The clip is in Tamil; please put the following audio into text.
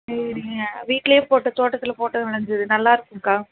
சரிங்க வீட்லேயே போட்ட தோட்டத்தில் போட்டு விளஞ்சது நல்லா இருக்கும்க்கா